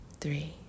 three